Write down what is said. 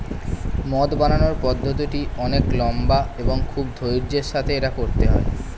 মদ বানানোর পদ্ধতিটি অনেক লম্বা এবং খুব ধৈর্য্যের সাথে এটা করতে হয়